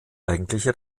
eigentliche